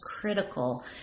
critical